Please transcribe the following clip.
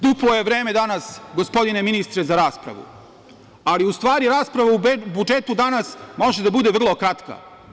Duplo je vreme danas, gospodine ministre, za raspravu ali u stvari rasprava o budžetu danas može da bude vrlo kratka.